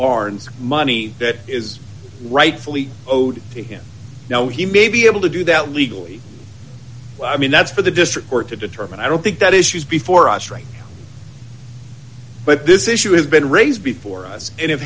arns money that is rightfully owed to him now he may be able to do that legally i mean that's for the district court to determine i don't think that issues before us right but this issue has been raised before us